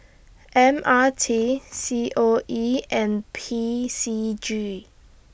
M R T C O E and P C G